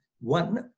one